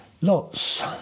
Lots